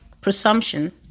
presumption